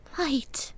light